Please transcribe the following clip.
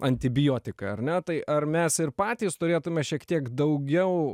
antibiotiką ar ne tai ar mes ir patys turėtume šiek tiek daugiau